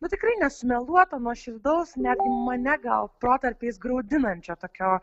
nu tikrai nesumeluoto nuoširdaus netgi mane gal protarpiais graudinančio tokio